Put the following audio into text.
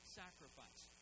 sacrifice